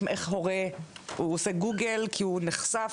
איך הורה עושה גוגל, כי הוא נחשף ומגיע.